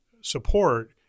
support